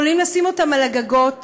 יכולים לשים אותם על הגגות,